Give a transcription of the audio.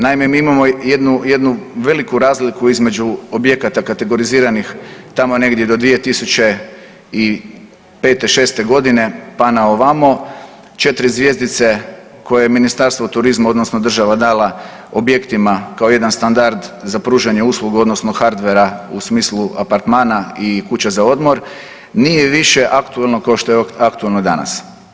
Naime, mi imamo jednu, jednu veliku razliku između objekata kategoriziranih tamo negdje do 2005.-'6.g., pa na ovamo, 4 zvjezdice koje je Ministarstvo turizma odnosno država dala objektima kao jedan standard za pružanje usluga odnosno hardvera u smislu apartmana i kuće za odmor, nije više aktualno kao što je aktualno danas.